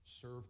serve